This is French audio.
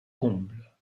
comble